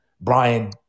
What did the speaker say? Brian